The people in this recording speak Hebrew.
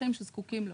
לאזרחים שזקוקים לו.